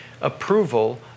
approval